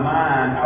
mind